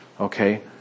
Okay